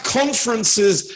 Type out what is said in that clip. conferences